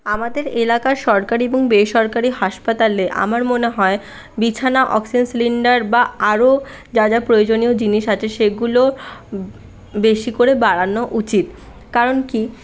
আমাদের এলাকার সরকারি এবং বেসরকারি হাসপাতালে আমার মনে হয় বিছানা অক্সিজেন সিলিন্ডার এবং আরো যা যা প্রয়োজনীয় জিনিস আছে সেগুলো বেশি করে বাড়ানো উচিত কারণ কি